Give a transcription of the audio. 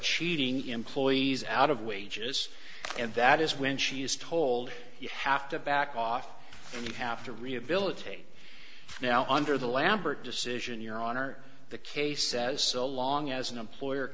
cheating employees out of wages and that is when she is told you have to back off and you have to rehabilitate now under the lambert decision your honor the case says so long as an employer